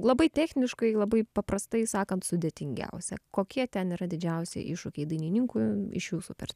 labai techniškai labai paprastai sakant sudėtingiausia kokie ten yra didžiausi iššūkiai dainininkui iš jų super